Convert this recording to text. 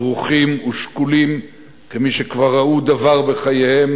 דרוכים ושקולים כמי שכבר ראו דבר בחייהם